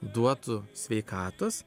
duotų sveikatos